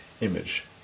image